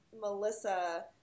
Melissa